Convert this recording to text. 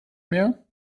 meer